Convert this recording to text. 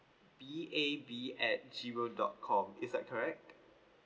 B A B at G mail dot com is that correct